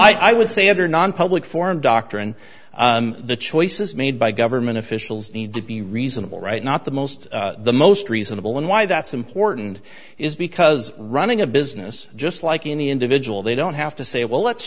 well i would say other non public forum doctrine the choices made by government officials need to be reasonable right not the most the most reasonable and why that's important is because running a business just like any individual they don't have to say well let's